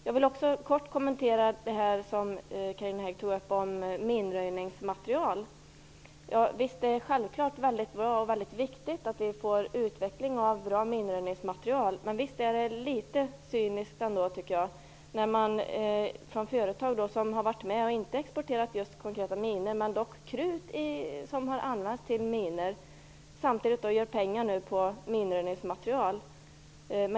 Jag vill också kort kommentera frågan om minröjningsmateriel. Det är självfallet bra och viktigt att det utvecklas bra minröjningsmateriel. Men det är litet cyniskt tycker jag när företag som inte exporterat minor men som exporterat krut som har använts till minor nu kan göra pengar på minröjningsmateriel.